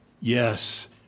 Yes